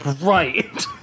Right